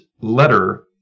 letter